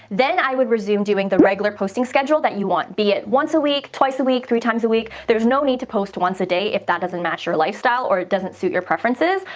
then i would resume doing the regular posting schedule that you want. be it once a week, twice a week, three times a week, there's no need to post once a day if that doesn't match your lifestyle or it doesn't suit your preferences.